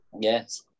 yes